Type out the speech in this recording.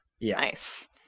nice